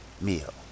meal